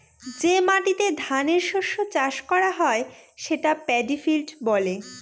যে মাটিতে ধানের শস্য চাষ করা হয় সেটা পেডি ফিল্ড বলে